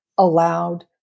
allowed